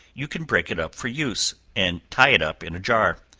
you can break it up for use, and tie it up in a jar.